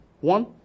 One